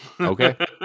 Okay